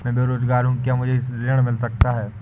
मैं बेरोजगार हूँ क्या मुझे ऋण मिल सकता है?